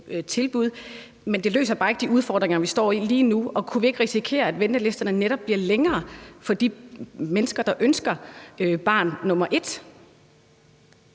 tilbud, men det løser bare ikke de udfordringer, vi står med lige nu. Kunne vi ikke risikere, at ventelisterne netop bliver længere for de mennesker, der ønsker barn nummer et?